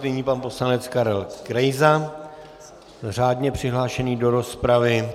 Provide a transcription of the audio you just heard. Nyní pan poslanec Karel Krejza řádně přihlášený do rozpravy.